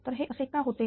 तर हे असे का होते